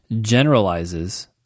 generalizes